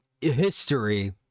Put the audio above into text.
History